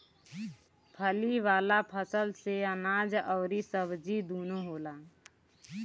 फली वाला फसल से अनाज अउरी सब्जी दूनो होला